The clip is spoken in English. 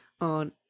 on